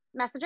messaging